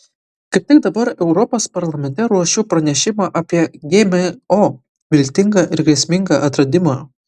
kaip tik dabar europos parlamente ruošiu pranešimą apie gmo viltingą ir grėsmingą atradimą